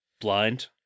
blind